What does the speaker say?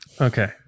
Okay